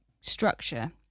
structure